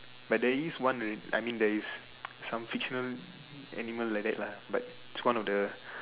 but there is one already I mean there is some fictional animal like that lah but it's one of the